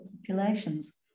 populations